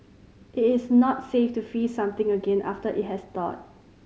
it is not safe to freeze something again after it has thawed